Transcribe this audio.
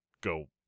go